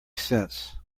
cents